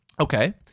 Okay